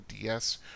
DS